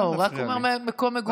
לא, הוא רק אומר את מקום מגוריהם.